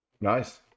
Nice